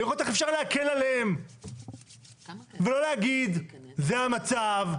לראות איך אפשר להקל עליהם ולא להגיד, זה המצב,